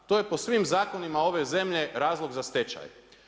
To je po svim zakonima ove zemlje razlog za stečaj.